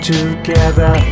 Together